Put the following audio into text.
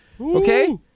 okay